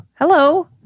hello